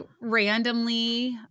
randomly